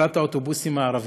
חברת האוטובוסים הערבית,